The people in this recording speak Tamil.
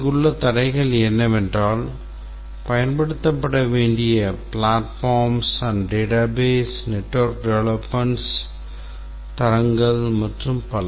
இங்குள்ள தடைகள் என்னவென்றால் பயன்படுத்தப்பட வேண்டிய platforms database network development தரங்கள் மற்றும் பல